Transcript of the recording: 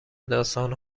داستان